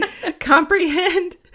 comprehend